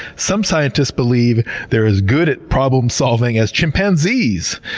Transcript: some scientists believe they're as good at problem solving as chimpanzees.